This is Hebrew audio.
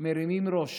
מרימים ראש,